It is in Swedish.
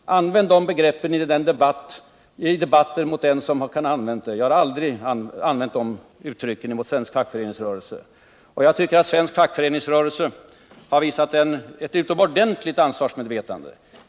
Använd det begreppet i debatter med den som kan ha använt det. Jag tycker att svensk fackföreningsrörelse har visat ett utomordentligt ansvarsmedvetande.